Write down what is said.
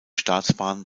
staatsbahn